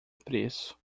preço